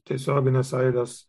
tiesioginis aidas